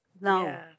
No